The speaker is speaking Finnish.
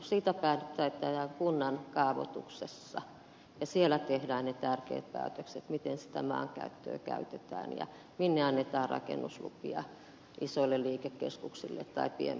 siitä päätetään kunnan kaavoituksessa ja siellä tehdään ne tärkeät päätökset miten sitä maankäyttöä käytetään ja minne annetaan rakennuslupia isoille liikekeskuksille tai pienmyymälöille